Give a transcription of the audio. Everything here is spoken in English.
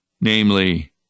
Namely